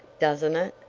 doesn't it?